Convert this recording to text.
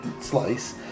slice